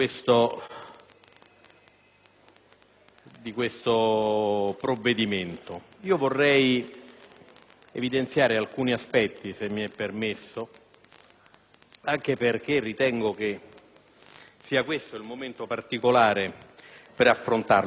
di questo provvedimento. Io vorrei evidenziare alcuni aspetti, se mi è permesso, anche perché ritengo che sia questo il momento particolare per affrontarli. Circa un mese fa - lo